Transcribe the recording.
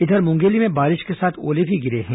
इघर मुंगेली में बारिश के साथ ओले भी गिरे हैं